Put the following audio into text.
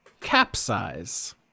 Capsize